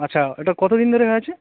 আচ্ছা এটা কত দিন ধরে হয়ে আছে